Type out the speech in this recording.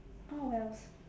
oh wells